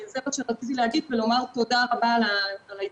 זה מה שרציתי להגיד, ותודה רבה על ההתכנסות.